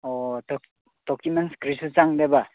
ꯑꯣ ꯗꯣꯀꯨꯃꯦꯟꯁ ꯀꯔꯤꯁꯨ ꯆꯪꯗꯦꯕ